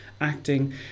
acting